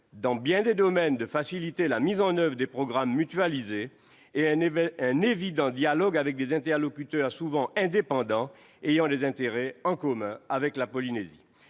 Dans bien des domaines, cette dernière peut faciliter la mise en oeuvre de programmes mutualisés et le dialogue avec des interlocuteurs, souvent indépendants, ayant des intérêts communs avec la Polynésie.